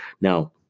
Now